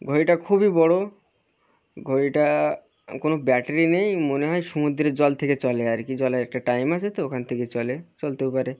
ঘড়িটা খুবই বড়ো ঘড়িটা কোনো ব্যাটারি নেই মনে হয় সমুদ্রে জল থেকে চলে আর কি জল একটা টাইম আছে তো ওখান থেকে চলে চলতেও পারে